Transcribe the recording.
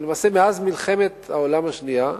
למעשה מאז מלחמת העולם השנייה,